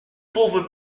pauvre